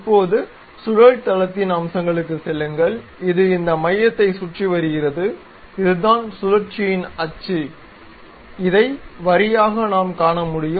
இப்போது சுழல் தளத்தின் அம்சங்களுக்குச் செல்லுங்கள் இது இந்த மையத்தைச் சுற்றி வருகிறது இதுதான் சுழர்ச்சியின் அச்சு இதை வரியாக நாம் காண முடியும்